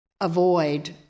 avoid